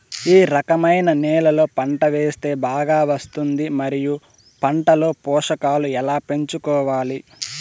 ఏ రకమైన నేలలో పంట వేస్తే బాగా వస్తుంది? మరియు పంట లో పోషకాలు ఎలా పెంచుకోవాలి?